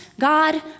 God